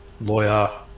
lawyer